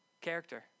Character